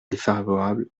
défavorable